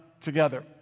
together